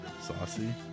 Saucy